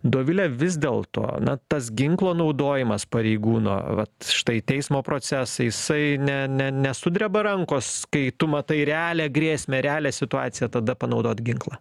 dovile vis dėlto na tas ginklo naudojimas pareigūno vat štai teismo procesai jisai ne ne nesudreba rankos kai tu matai realią grėsmę realią situaciją tada panaudot ginklą